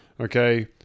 okay